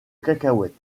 cacahuètes